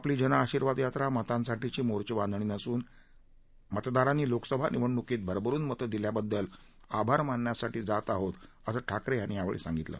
आपली जन आशीर्वाद यात्रा मतांसाठीची मोचेंबांधणी नसून आपण मतदारांनी लोकसभा निवडणुकीत भरभरुन मतं दिल्याबद्दल आभार मानण्यासाठी जात आहोत असं ठाकरे यांनी यावेळी सांगितलं